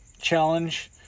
challenge